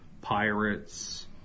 pirates